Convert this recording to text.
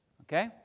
Okay